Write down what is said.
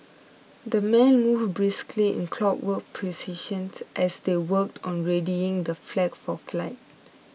the men moved briskly in clockwork precision's as they worked on readying the flag for flight